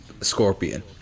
Scorpion